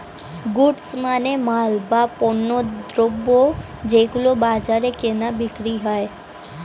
goods মানে মাল, বা পণ্যদ্রব যেগুলো বাজারে কেনা বিক্রি হয়